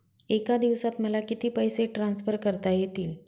एका दिवसात मला किती पैसे ट्रान्सफर करता येतील?